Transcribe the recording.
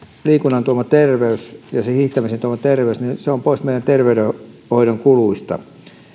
liikunnan tuoma terveys ja hiihtämisen tuoma terveys on pois meidän terveydenhoidon kuluista